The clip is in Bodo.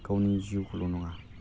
गावनि जिउखौल' नङा